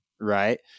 Right